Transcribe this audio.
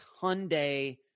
Hyundai